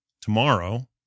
tomorrow